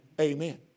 amen